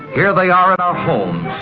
here they are in our homes,